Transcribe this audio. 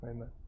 Amen